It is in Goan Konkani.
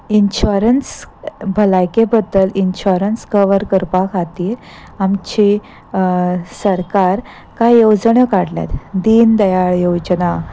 इन्शॉरन्स भलायके बद्दल इन्शॉरन्स कवर करपाखातीर आमचे सरकार कांय येवजण्यो काडल्यात दिन दयाळ योजना